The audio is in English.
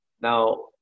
Now